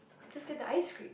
just get the ice cream